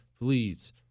please